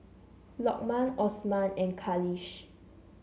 Lokman Osman and Khalish